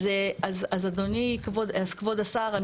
אז אדוני, כבר השר.